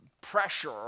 pressure